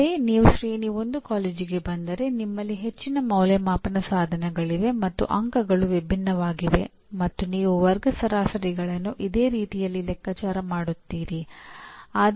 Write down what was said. ಇದರರ್ಥ ವಿದ್ಯಾರ್ಥಿಯು ಒಂದು ನಿರ್ದಿಷ್ಟ ವರ್ಗದ ಸಮಸ್ಯೆಗಳನ್ನು ಪರಿಹರಿಸಲು ಶಕ್ತನಾಗಿರಬೇಕು ಎಂಬ ಅಗತ್ಯವಿದ್ದರೆ ಬೋಧನಾ ಚಟುವಟಿಕೆಗಳನ್ನು ವಿದ್ಯಾರ್ಥಿಗಳು ಸಮಸ್ಯೆಯನ್ನು ಪರಿಹರಿಸಲು ಸಾಧ್ಯವಾಗುವಂತೆ ವಿನ್ಯಾಸಗೊಳಿಸಬೇಕು